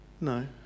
No